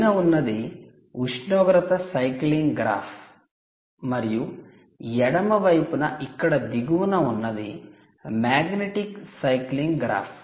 పైన ఉన్నది ఉష్ణోగ్రత సైక్లింగ్ గ్రాఫ్ మరియు ఎడమ వైపున ఇక్కడ దిగువన ఉన్నది మాగ్నెటిక్ సైక్లింగ్ గ్రాఫ్